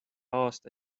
aasta